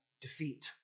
defeat